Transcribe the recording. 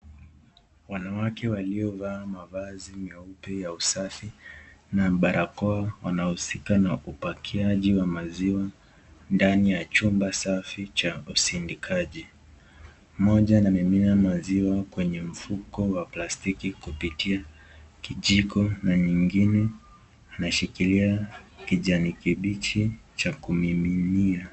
Wanawake walio vaa mavazi meupe ya usafi na barakoa wanausika na upakiaji wa maziwa ndani ya chumba safi Cha usindikaji. Moja anamimina maziwa kwenye mfuko wa plastiki kupitia kijiko na nyingine anashikilia kijani kibichi Cha kumiminia.